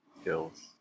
skills